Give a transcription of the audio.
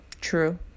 true